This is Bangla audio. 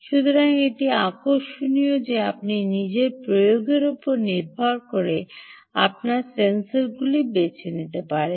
সুতরাং এটি আকর্ষণীয় যে নিজের প্রয়োগের উপর নির্ভর করে সেন্সরগুলি বেছে নিতে হবে